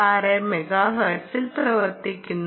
56 മെഗാഹെർട്സിൽ പ്രവർത്തിക്കുന്നു